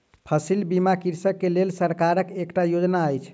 फसिल बीमा कृषक के लेल सरकारक एकटा योजना अछि